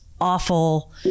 awful